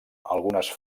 algunes